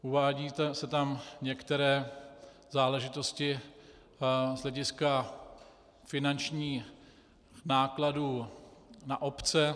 Uvádějí se tam některé záležitosti z hlediska finančních nákladů na obce.